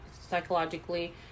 psychologically